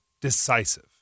Decisive